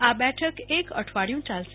આ બેઠક એક અઠવાડિયું ચાલશે